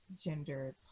gender